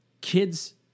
kids